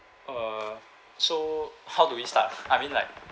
uh so how do we start I mean like